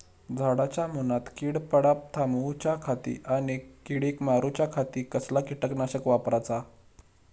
झाडांच्या मूनात कीड पडाप थामाउच्या खाती आणि किडीक मारूच्याखाती कसला किटकनाशक वापराचा?